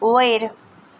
वयर